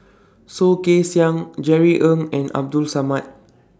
Soh Kay Siang Jerry Ng and Abdul Samad